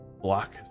block